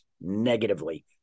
negatively